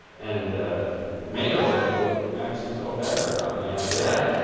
and mayor loco actually felt better about me after that.